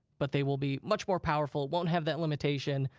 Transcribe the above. but they will be much more powerful, won't have that limitation,